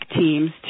teams